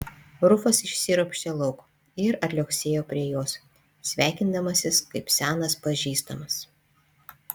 rufas išsiropštė lauk ir atliuoksėjo prie jos sveikindamasis kaip senas pažįstamas